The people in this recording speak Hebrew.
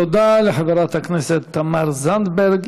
תודה לחברת הכנסת תמר זנדברג.